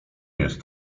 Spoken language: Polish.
jest